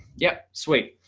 yep. sweet.